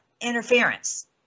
interference